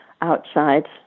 outside